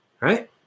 right